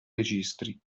registri